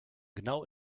genau